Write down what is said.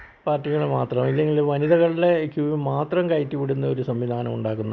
പാർട്ടികളെ മാത്രം അല്ലെങ്കിൽ വനിതകളുടെ ക്യൂവിൽ മാത്രം കയറ്റി വിടുന്നൊരു സംവിധാനം ഉണ്ടാകുന്നുണ്ട്